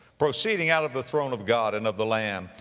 proceeding out of the throne of god and of the lamb.